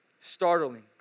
startling